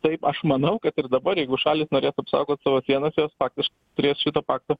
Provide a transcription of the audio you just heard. taip aš manau kad ir dabar jeigu šalys norėtų apsaugot savo sienas jos faktiš turės šito pakto